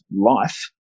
life